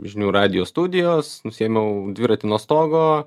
žinių radijo studijos nusiėmiau dviratį nuo stogo